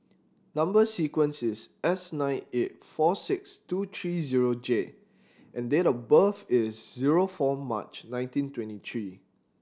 number sequence is S nine eight four six two three zero J and date of birth is zero four March nineteen twenty three